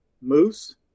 moose